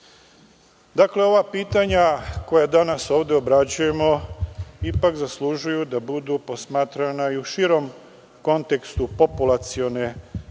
države. Dakle, ova pitanja koja danas ovde obrađujemo ipak zaslužuju da budu posmatrana i u širem kontekstu populacione politike,